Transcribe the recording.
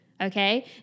okay